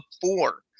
four